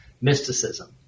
mysticism